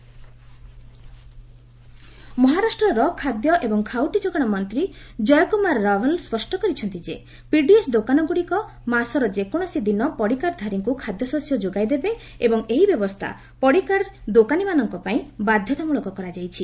ମହା ration card Maharashtra ର ଖାଦ୍ୟ ଏବଂ ଖାଉଟି ଯୋଗାଣ ମନ୍ତ୍ରୀ ଜୟକୁମାର ରାଭାଲ୍ ସ୍ୱଷ୍ଟ କରିଛନ୍ତି ପିଡିଏସ୍ ଦୋକାନଗୁଡ଼ିକ ମାସର ଯେକୌଣସି ଦିନ ପଡ଼ିକାର୍ଡ଼ଧାରୀଙ୍କୁ ଖାଦ୍ୟଶସ୍ୟ ଯୋଗାଇ ଦେବେ ଏବଂ ଏହି ବ୍ୟବସ୍ଥା ପଡ଼ିକାର୍ଡ଼ଧାରୀମାନଙ୍କ ପାଇଁ ବାଧ୍ୟତାମଳକ କରାଯାଇଛି